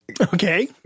Okay